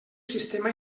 sistema